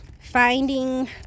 finding